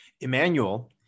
Emmanuel